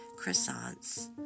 croissants